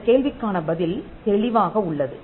இந்தக் கேள்விக்கான பதில் தெளிவாக உள்ளது